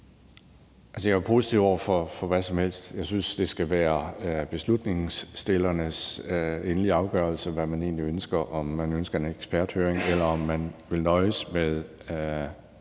jeg er positiv over for hvad som helst. Jeg synes, det skal være beslutningsforslagsstillernes endelige afgørelse, hvad angår spørgsmålet om, hvad man egentlig ønsker, altså, om man ønsker en eksperthøring, eller om man vil nøjes med